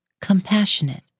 compassionate